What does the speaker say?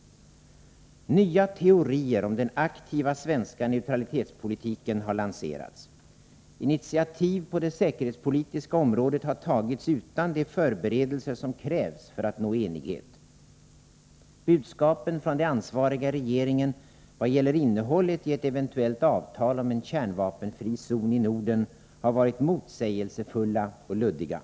Nya teorier om den aktiva svenska neutralitetspolitiken har lanserats. Initiativ på det säkerhetspolitiska området har tagits utan de förberedelser som krävs för att nå enighet. Budskapen från de ansvariga i regeringen vad gäller innehållet i ett eventuellt avtal om en kärnvapenfri zon i Norden har varit motsägelsefulla och luddiga.